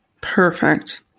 Perfect